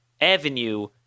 avenue